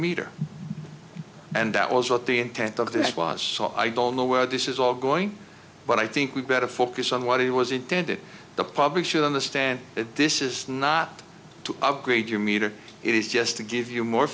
meter and that was not the intent of this was so i don't know where this is all going but i think we better focus on what it was intended the public should understand that this is not to upgrade your meter it is just to give you more